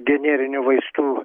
generinių vaistų